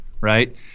right